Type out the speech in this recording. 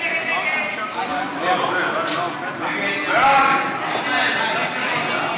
ההצעה להעביר את הצעת חוק